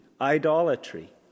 idolatry